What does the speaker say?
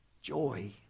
joy